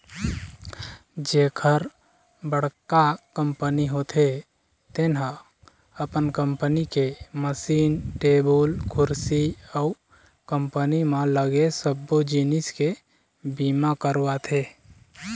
जेखर बड़का कंपनी होथे तेन ह अपन कंपनी के मसीन, टेबुल कुरसी अउ कंपनी म लगे सबो जिनिस के बीमा करवाथे